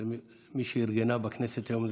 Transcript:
למי שארגנה בכנסת את היום,